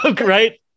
Right